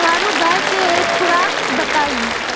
दुधारू गाय के खुराक बताई?